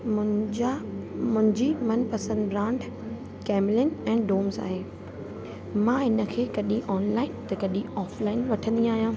मुंहिंजा मुंहिंजी मनपसंद ब्रांड कैमलीन ऐं डोम्स आहे मां हिनखे कॾहिं ऑनलाइन त कॾहिं ऑफ़लाइन वठंदी आहियां